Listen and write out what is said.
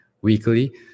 weekly